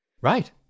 right